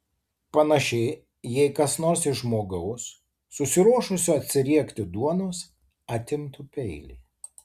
panašiai jei kas nors iš žmogaus susiruošusio atsiriekti duonos atimtų peilį